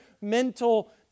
mental